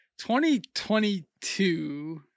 2022